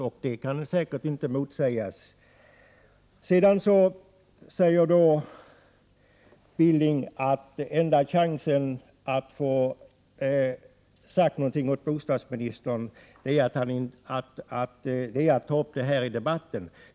Billing säger vidare att den enda chansen att få någonting sagt till bostadsministern är att säga det här i debatten.